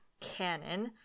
Canon